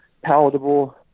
palatable